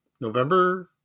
November